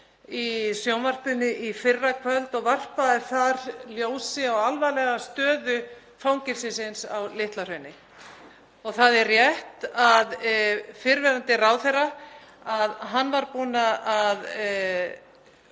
í sjónvarpinu í fyrrakvöld og varpaði ljósi á alvarlega stöðu fangelsisins á Litla-Hrauni. Það er rétt að fyrrverandi ráðherra var búinn að